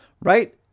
right